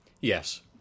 Yes